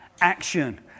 action